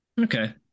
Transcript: Okay